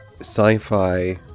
sci-fi